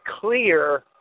clear –